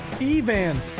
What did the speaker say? Evan